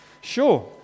Sure